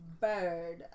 bird